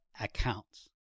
accounts